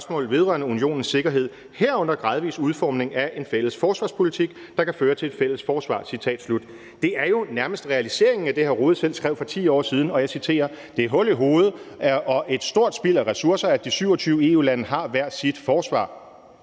Det er jo nærmest realiseringen af det, hr. Jens Rohde selv skrev for 10 år siden. Og jeg citerer: »Det er hul i hovedet og et stort spild af ressourcer, at de 27 EU-lande har hver sit forsvar.«